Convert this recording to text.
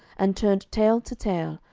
and turned tail to tail,